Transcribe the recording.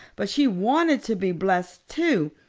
but she wanted to be blessed, too,